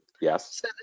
Yes